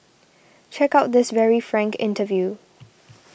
check out this very frank interview